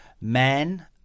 Men